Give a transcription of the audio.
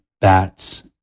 bats